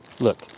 Look